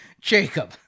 Jacob